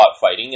fighting